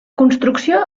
construcció